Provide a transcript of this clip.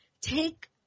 Take